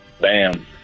Bam